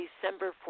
December